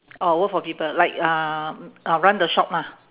oh work for people like uh uh run the shop lah